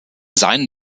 seinen